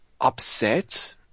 upset